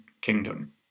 kingdom